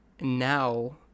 now